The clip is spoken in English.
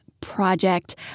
project